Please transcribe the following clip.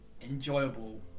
enjoyable